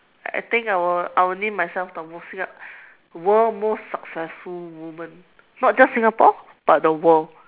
I think I will I will name myself the world most successful woman not just Singapore but the world